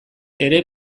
ere